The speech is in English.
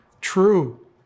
true